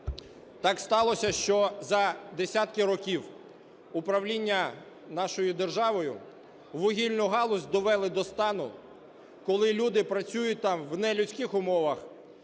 Так сталося, що за десятки років управління нашою державою вугільну галузь довели до стану, коли люди працюють там в нелюдських умовах,